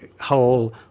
whole